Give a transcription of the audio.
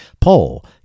Poll